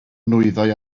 nwyddau